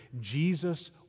Jesus